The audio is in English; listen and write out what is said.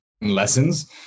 lessons